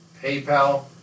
PayPal